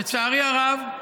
לצערי הרב,